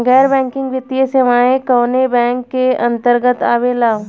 गैर बैंकिंग वित्तीय सेवाएं कोने बैंक के अन्तरगत आवेअला?